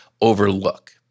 overlook